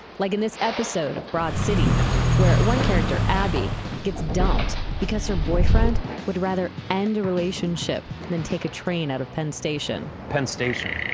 like in this episode of broad city where one character abby gets dumped because her boyfriend would rather end a relationship than take a train out of penn station penn station.